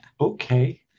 Okay